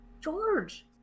George